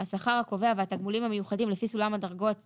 השכר הקובע והתגמולים המיוחדים לפי סולם דרגות